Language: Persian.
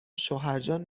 شوهرجان